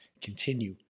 continue